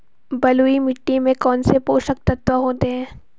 बलुई मिट्टी में कौनसे पोषक तत्व होते हैं?